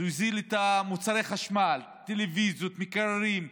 זה יוזיל את מוצרי החשמל, טלוויזיות, מקררים.